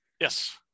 Yes